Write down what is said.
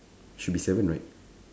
should be seven right